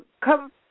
come